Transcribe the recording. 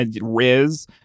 Riz